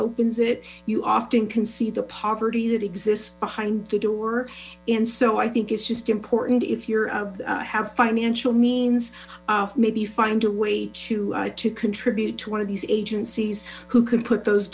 opens it you often can see the poverty that exists behind the door and so i think it's just important if you're of have financial means maybe find a way to to contribute to one of these agencies who could put those